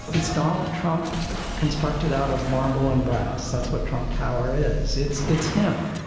it's donald trump constructed out of marble and brass. that's what trump tower is. it's it's him.